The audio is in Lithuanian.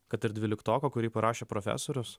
kad ir dvyliktoko kurį parašė profesorius